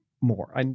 more